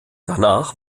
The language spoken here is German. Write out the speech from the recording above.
danach